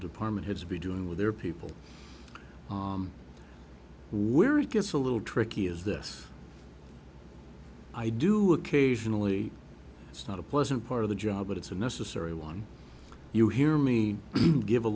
department heads to be doing with their people where it gets a little tricky is this i do occasionally it's not a pleasant part of the job but it's a necessary one you hear me give a